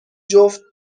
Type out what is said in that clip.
جفت